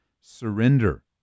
surrender